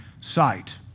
sight